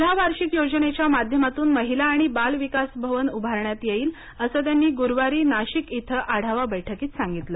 जिल्हा वार्षिक योजनेच्या माध्यमातून महिला आणि बाल विकास भवन उभारण्यात येईल असं त्यांनी गुरूवारी नाशिक इथं आढावा बैठकीत सांगितलं